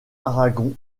aragon